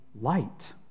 light